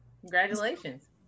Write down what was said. Congratulations